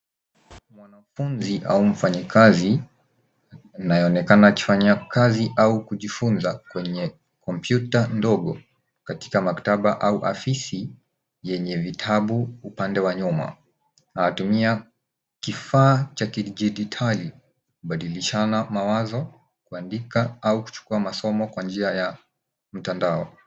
Mwanafunzi au mfanyikazi anayeonekana akifanya kazi au kujufunza kwenye kompyuta ndogo katika maktaba au afisi yenye vitabu upande wa nyuma. Anatumia kifaa cha kidijitali kubadilishana mawazo, kuandika au kuchukua masomo kwa njia ya mtandao.